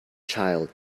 child